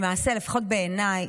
למעשה, לפחות בעיניי,